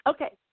Okay